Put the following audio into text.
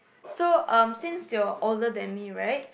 so um since you're older than me right